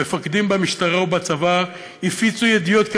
מפקדים במשטרה ובצבא הפיצו ידיעות כי